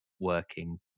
working